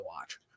watch